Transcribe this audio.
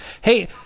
Hey